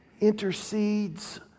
intercedes